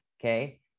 okay